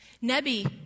Nebi